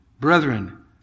brethren